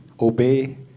obey